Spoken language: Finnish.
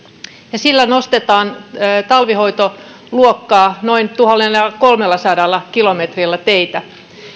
ja sillä nostetaan talvihoitoluokkaa noin tuhannellakolmellasadalla kilometrillä teitä